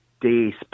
days